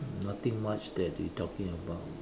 nothing much that they talking about